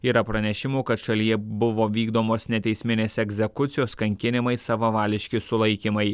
yra pranešimų kad šalyje buvo vykdomos neteisminės egzekucijos kankinimai savavališki sulaikymai